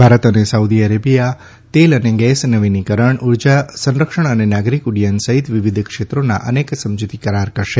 ભારત અને Saudi Arabia તેલ અને ગેસ નવીનીકરણ ઉર્જા સંરક્ષણ અને નાગરિક ઉદ્દયન સહિત વિવિધ ક્ષેત્રોના અનેક સમજૂતી કરાર કરશે